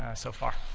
so far?